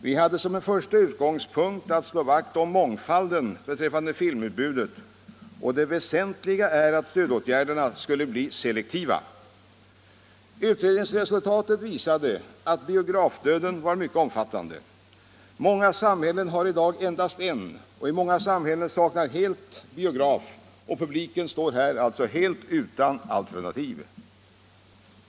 Vi hade som en första utgångspunkt att slå vakt om mångfalden beträffande filmutbudet, och det väsentliga var att stödåtgärderna skulle bli selektiva. Utredningsresultatet visade att biografdöden var mycket omfattande, många samhällen har i dag endast en och många saknar helt biograf och publiken står alldeles utan alternativ.